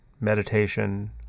meditation